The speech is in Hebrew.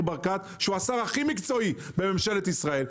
ברקת שהוא השר הכי מקצועי בממשלת ישראל,